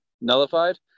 nullified